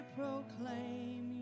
proclaim